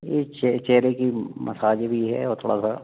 ये चे चेहरे की मसाज भी है और थोड़ा सा